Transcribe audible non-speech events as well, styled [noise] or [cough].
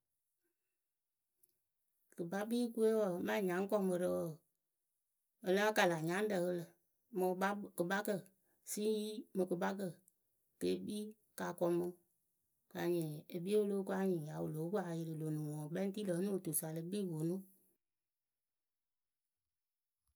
Kɨkpakpiikǝ we wǝǝ maa nyaŋkɔmǝrǝ wǝǝ a láa kaala nyarǝ [hesitation] siŋ yi mɨ kɨkpakǝ ke kpii ka kɔmʊ Anyɩ e kpii o lóo ko anyɩŋ ya wɨ lóo poŋ ayɩrɩ ló nuŋ ŋwɨ ŋkpɛ ŋ tii lǝ̈ onuŋ tusa e le kpii wɨ ponu.